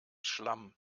schlamm